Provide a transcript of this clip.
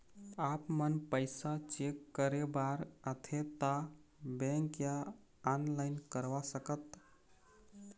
आपमन पैसा चेक करे बार आथे ता बैंक या ऑनलाइन करवा सकत?